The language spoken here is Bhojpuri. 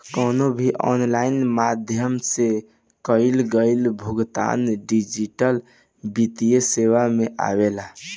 कवनो भी ऑनलाइन माध्यम से कईल गईल भुगतान डिजिटल वित्तीय सेवा में आवेला